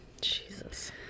Jesus